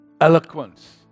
Eloquence